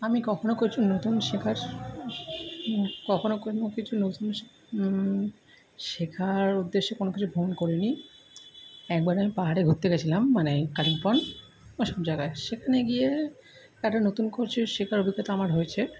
আমি কখনও কিছু নতুন শেখার কখনও কোনো কিছু নতুন শে শেখার উদ্দেশ্যে কোনো কিছু ভ্রমণ করি নি একবার আমি পাহাড়ে ঘুরতে গেছিলাম মানে কালিংপং ওসব জায়গায় সেখানে গিয়ে একটা নতুন কিছু শেখার অভিজ্ঞতা আমার হয়েছে